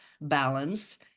balance